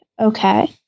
okay